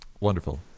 Wonderful